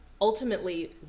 ultimately